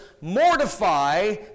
Mortify